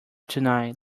tonight